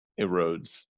erodes